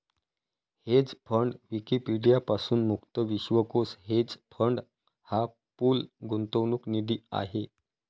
hedge fund Wikipedia पासून मुक्त विश्वकोश हेज फंड हा पूल गुंतवणूक निधी आहे